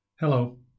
Hello